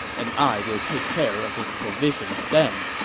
and i will take care of his provisions then.